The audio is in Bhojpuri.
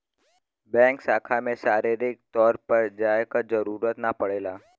बैंक शाखा में शारीरिक तौर पर जाये क जरुरत ना पड़ेला